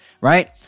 right